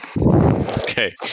okay